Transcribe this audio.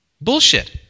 Bullshit